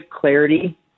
clarity